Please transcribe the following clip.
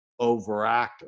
overactive